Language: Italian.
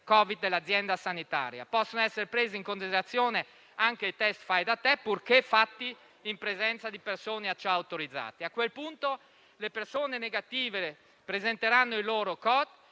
Covid dell'azienda sanitaria. Possono essere presi in considerazione anche i test fai da te, purché eseguiti in presenza di persone a ciò autorizzate. A quel punto le persone negative presenteranno il loro QR